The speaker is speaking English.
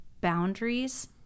boundaries